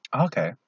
Okay